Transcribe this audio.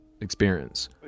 experience